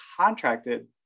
contracted